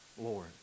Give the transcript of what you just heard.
Lord